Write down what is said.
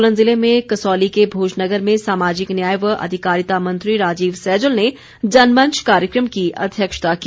सोलन ज़िले में कसौली के भोजनगर में सामाजिक न्याय व अधिकारिता मंत्री राजीव सैजल ने जनमंच कार्यक्रम की अध्यक्षता की